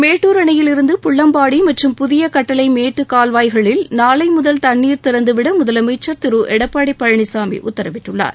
மேட்டுர் அணையில் இருந்து புள்ளம்பாடி மற்றும் புதிய கட்டளை மேட்டு கல்வாய்களில் நாளை முதல் கண்ணீர் முதலமைச்சர் திறந்தவிட திரு எடப்பாடி பழனிசாமி உத்தரவிட்டுள்ளார்